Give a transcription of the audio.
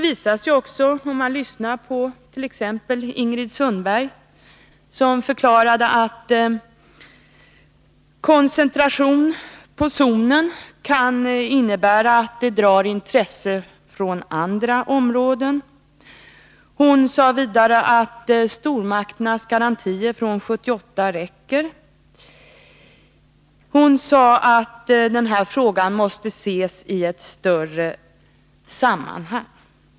Ingrid Sundberg t.ex. förklarade att en koncentration till zonen kan innebära att man drar intresse från andra områden, att stormakternas garantier från 1978 räcker och att denna fråga måste ses i ett större sammanhang.